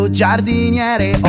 giardiniere